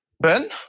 Ben